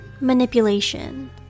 Manipulation